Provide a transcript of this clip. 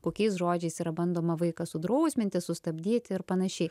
kokiais žodžiais yra bandoma vaiką sudrausminti sustabdyti ir panašiai